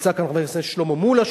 נמצא כאן חבר הכנסת שלמה מולה,